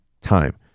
time